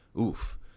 oof